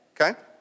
okay